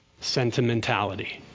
sentimentality